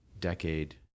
decade